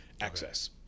access